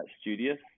studious